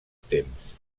temps